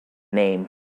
name